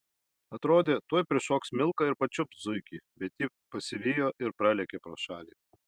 atrodė tuoj prišoks milka ir pačiups zuikį bet ji pasivijo ir pralėkė pro šalį